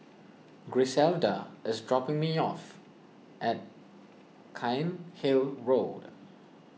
Griselda is dropping me off at Cairnhill Road